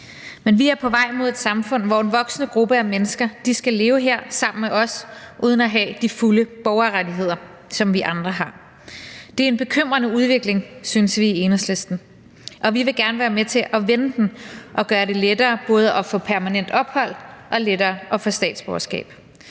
Men vi er på vej mod et samfund, hvor en voksende gruppe af mennesker skal leve her sammen med os uden at have de fulde borgerrettigheder, som vi andre har. Det er en bekymrende udvikling, synes vi i Enhedslisten, og vi vil gerne være med til at vende den og gøre det både lettere at få permanent ophold og lettere at få statsborgerskab.